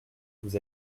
vous